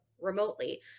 remotely